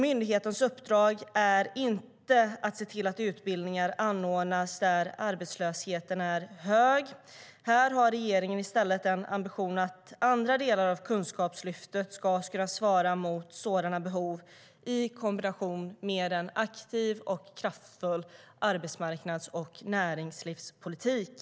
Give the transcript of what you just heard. Myndighetens uppdrag är inte att se till att utbildningar anordnas där arbetslösheten är hög. Här har regeringen i stället som ambition att andra delar av Kunskapslyftet ska svara mot sådana behov i kombination med en aktiv och kraftfull arbetsmarknads och näringslivspolitik.